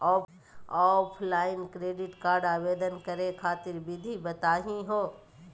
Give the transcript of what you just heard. Offline credit card आवेदन करे खातिर विधि बताही हो?